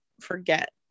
forget